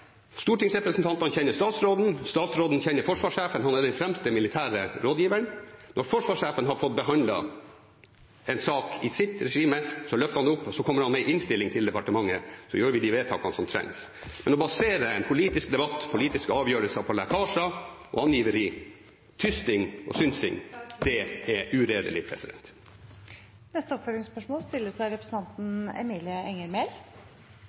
Stortingsrepresentantene kjenner statsråden. Statsråden kjenner forsvarssjefen, som er den fremste militære rådgiveren. Når forsvarssjefen har fått behandlet en sak i sitt regime, kommer han med en innstilling til departementet, og så gjør vi de vedtakene som trengs. Å basere en politisk debatt og politiske avgjørelser på lekkasjer og angiveri, tysting og synsing er uredelig. Emilie Enger Mehl – til oppfølgingsspørsmål.